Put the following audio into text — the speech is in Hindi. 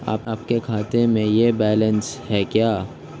आपके खाते में यह बैलेंस है क्या?